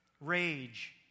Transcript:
rage